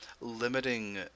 limiting